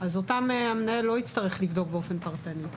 אז אותם המנהל לא יצטרך לבדוק באופן פרטני.